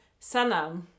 Sanam